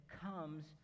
comes